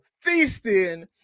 feasting